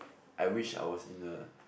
I wish I was in a